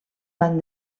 van